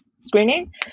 screening